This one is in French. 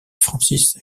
francis